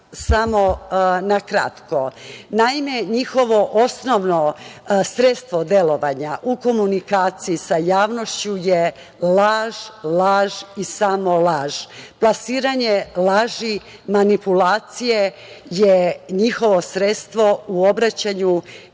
Naime, njihovo osnovno sredstvo delovanja u komunikaciji sa javnošću je laž, laž i samo laž. Plasiranje laži i manipulacije su njihovo sredstvo u obraćanju